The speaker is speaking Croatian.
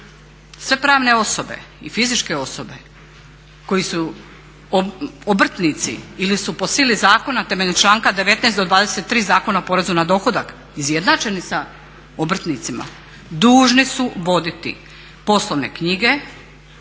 sve pravne osobe i fizičke osobe koji su obrtnici ili su po sili zakona temeljem članka 19. do 23. Zakona o porezu na dohodak izjednačeni sa obrtnicima dužni su voditi poslovne knjige